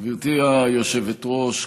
גברתי היושבת-ראש,